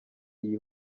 iyi